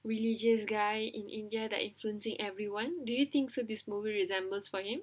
religious guy in india that influencing everyone do you thinks this movie resemblance for him